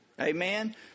amen